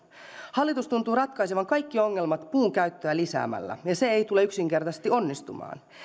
hallitus tuntuu ratkaisevan kaikki ongelmat puunkäyttöä lisäämällä ja se ei tule yksinkertaisesti onnistumaan